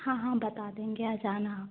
हाँ हाँ बता देंगे आ जाना आप